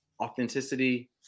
authenticity